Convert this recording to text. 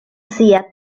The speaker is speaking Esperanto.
sia